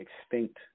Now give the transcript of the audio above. extinct